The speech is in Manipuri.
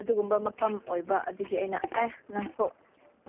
ꯑꯗꯨꯒꯨꯝꯕ ꯃꯐꯝ ꯑꯣꯏꯕ ꯑꯗꯨꯒꯤ ꯑꯩꯅ ꯑꯦ ꯅꯪꯁꯨ